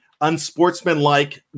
unsportsmanlike